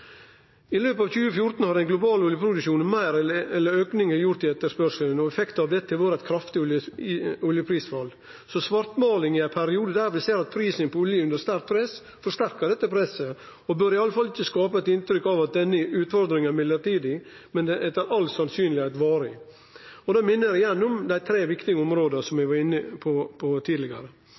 I løpet av 2014 har den globale oljeproduksjonen auka meir enn auken i etterspurnaden. Effekten av dette har vore eit kraftig oljeprisfall. Svartmåling i ein periode der ein ser at prisen på olje er under sterkt press, forsterkar dette presset og bør i alle fall ikkje skape eit inntrykk av at denne utfordringa er mellombels, men etter alt å dømme varig. Då minner eg igjen om dei tre viktige områda som eg var inne på tidlegare.